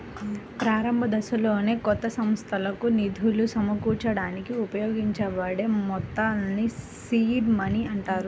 ప్రారంభదశలోనే కొత్త సంస్థకు నిధులు సమకూర్చడానికి ఉపయోగించబడే మొత్తాల్ని సీడ్ మనీ అంటారు